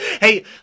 Hey